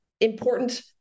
important